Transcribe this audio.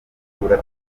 guhura